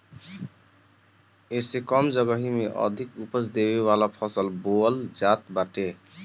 एमे कम जगही में अधिका उपज देवे वाला फसल बोअल जात बाटे